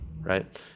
right